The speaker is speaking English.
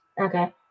Okay